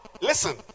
listen